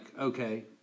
okay